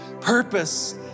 purpose